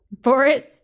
Boris